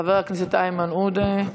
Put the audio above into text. חבר הכנסת איימן עודה,